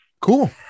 cool